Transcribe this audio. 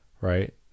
right